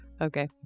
Okay